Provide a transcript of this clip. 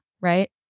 right